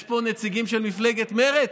יש פה נציגים של מפלגת מרצ?